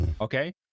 Okay